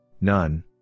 None